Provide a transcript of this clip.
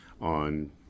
on